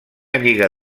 lliga